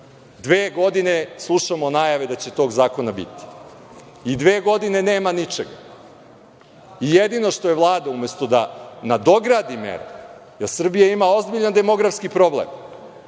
Dve godine slušamo najave da će tog zakona biti i dve godine nema ničega. Jedino što je Vlada, umesto da nadogradi mere, jer Srbija ima ozbiljan demografski problem